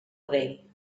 rei